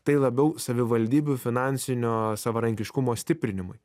tai labiau savivaldybių finansinio savarankiškumo stiprinimui